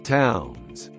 towns